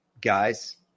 guys